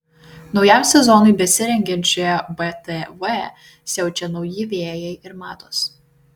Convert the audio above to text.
naujam sezonui besirengiančioje btv siaučia nauji vėjai ir mados